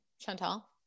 Chantal